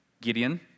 Gideon